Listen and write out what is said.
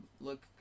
look